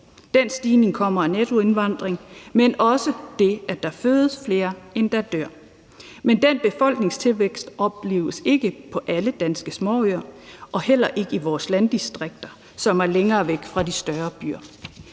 den stigning kommer af nettoindvandringen, men også af det, at der fødes flere, end der dør. Men den befolkningstilvækst opleves ikke på alle de danske småøer og heller ikke i vores landdistrikter, som er længere væk fra de større byer.